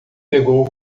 pegou